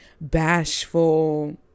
bashful